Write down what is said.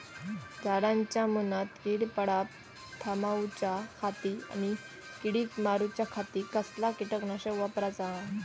झाडांच्या मूनात कीड पडाप थामाउच्या खाती आणि किडीक मारूच्याखाती कसला किटकनाशक वापराचा?